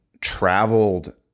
traveled